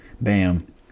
Bam